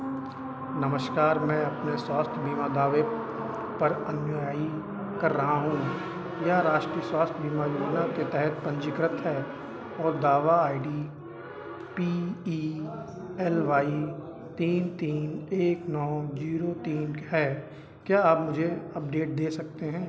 नमस्कार मैं अपने स्वास्थ्य बीमा दावे पर अनुयायी कर रहा हूँ यह राष्ट्रीय स्वास्थ्य बीमा योजना के तहत पंजीकृत है और दावा I D P E L Y तीन तीन एक नौ ज़ीरो तीन है क्या आप मुझे अपडेट दे सकते हैं